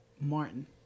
Martin